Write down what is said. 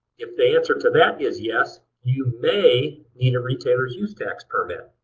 if the answer to that is yes, you may need a retailer's use tax permit.